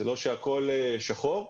זה לא שהכול שחור.